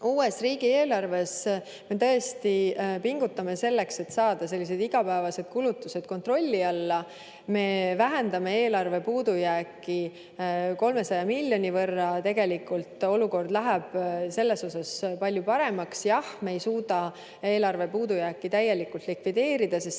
uues riigieelarves me tõesti pingutame selleks, et saada igapäevased kulutused kontrolli alla. Me vähendame eelarve puudujääki 300 miljoni võrra. Tegelikult olukord läheb selles osas palju paremaks. Jah, me ei suuda eelarve puudujääki täielikult likvideerida, sest